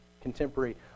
contemporary